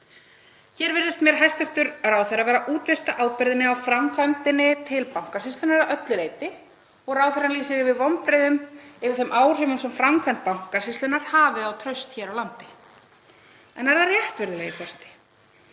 Hér virðist mér hæstv. ráðherra vera að útvista ábyrgðinni á framkvæmdinni til Bankasýslunnar að öllu leyti og ráðherrann lýsir yfir vonbrigðum yfir þeim áhrifum sem framkvæmd Bankasýslunnar hafi á traust hér á landi. En er það rétt, virðulegi forseti?